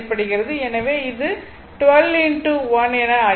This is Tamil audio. எனவே இது 12 1 என ஆகிறது